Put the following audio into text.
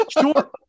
Sure